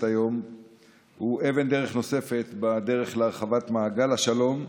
היום הוא אבן דרך נוספת בדרך להרחבת מעגל השלום,